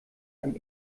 einem